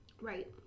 Right